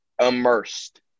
immersed